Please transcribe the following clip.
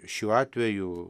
šiuo atveju